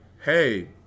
hey